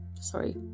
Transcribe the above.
sorry